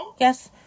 Yes